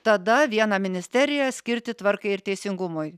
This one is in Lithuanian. tada vieną ministeriją skirti tvarkai ir teisingumui